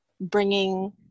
bringing